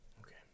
Okay